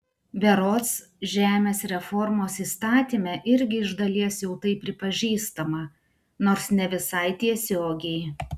berods žemės reformos įstatyme irgi iš dalies jau tai pripažįstama nors ne visai tiesiogiai